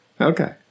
Okay